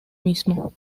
mismo